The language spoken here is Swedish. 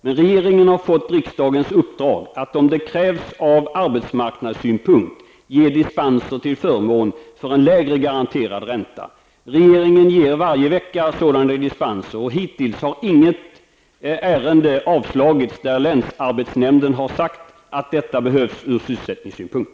Men regeringen har fått riksdagens uppdrag att, om så krävs ur arbetsmarknadssynpunkt, ge dispenser till förmån för en lägre garanterad ränta. Regeringen ger varje vecka sådana dispenser. Hittills har inget ärende avslagits då länsarbetsnämnden har sagt att detta behövs ur sysselsättningssynpunkt.